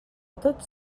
tots